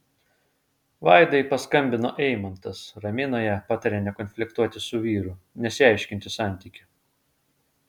vaidai paskambino eimantas ramino ją patarė nekonfliktuoti su vyru nesiaiškinti santykių